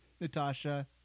Natasha